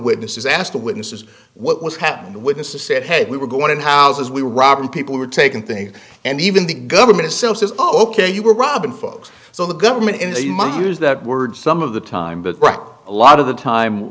witnesses ask the witnesses what was happening the witnesses said we were going in houses we were robbing people were taking things and even the government itself says oh ok you were robbing folks so the government is you might use that word some of the time but a lot of the time